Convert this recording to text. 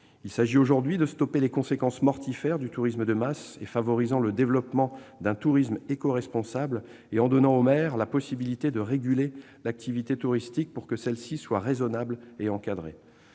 Il s'agit aujourd'hui de stopper les conséquences mortifères du tourisme de masse et de favoriser le développement d'un tourisme éco-responsable, en donnant aux maires la possibilité de réguler l'activité touristique pour qu'elle soit plus raisonnable et mieux encadrée.